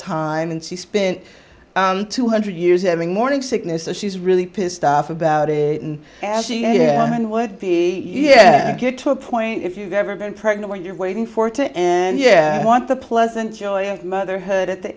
time and she spent two hundred years having morning sickness so she's really pissed off about it and then would be yeah get to a point if you've ever been pregnant or you're waiting for to and yeah i want the pleasant joy of motherhood at the